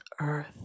earth